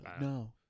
No